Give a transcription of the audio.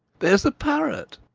there's the parrot!